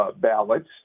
ballots